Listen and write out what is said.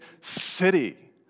city